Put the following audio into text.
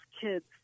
kids